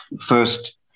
first